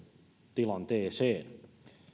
tilanteeseen